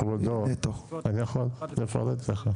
כבודו אני יכול לפרט לך.